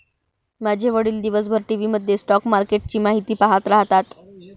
माझे वडील दिवसभर टीव्ही मध्ये स्टॉक मार्केटची बातमी पाहत राहतात